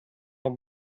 have